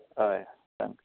हय सांग